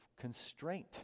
constraint